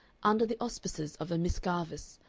under the auspices of a miss garvice,